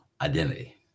identity